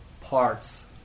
parts